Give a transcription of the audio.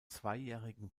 zweijährigen